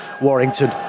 Warrington